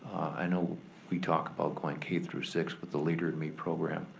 i know we talk about going k through six, with the leader in me program.